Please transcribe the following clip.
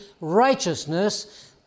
righteousness